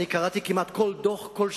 אני קראתי כמעט כל דוח כל שנה,